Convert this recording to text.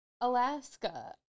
Alaska